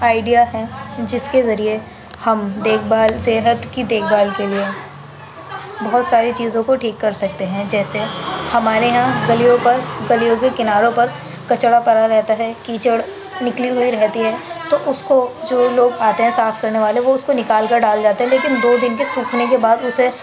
idea ہیں جس کے ذریعے ہم دیکھ بھال صحت کی دیکھ بھال کے لیے بہت ساری چیزوں کو ٹھیک کرسکتے ہیں جیسے ہمارے یہاں گلیوں پر گلیوں کے کناروں پر کچڑا پڑا رہتا ہے کیچڑ نکلی ہوئی رہتی ہے تو اس کو جو لوگ آتے ہیں صاف کرنے والے وہ اس کو نکال کر ڈال جاتے ہیں لیکن دو دن سوکھنے کے بعد اسے